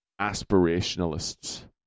aspirationalists